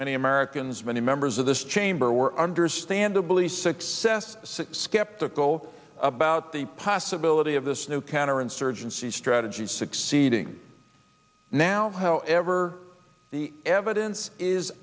many americans many members of this chamber were understandably success skeptical about the possibility of this new counterinsurgency strategy succeeding now however the evidence is